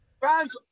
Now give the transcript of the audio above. fans